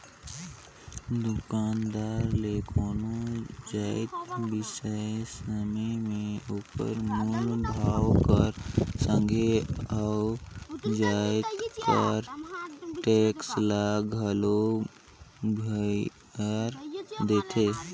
दुकानदार ले कोनो जाएत बिसाए समे में ओकर मूल भाव कर संघे ओ जाएत कर टेक्स ल घलो भइर देथे